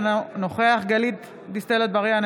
אינו נוכח גלית דיסטל אטבריאן,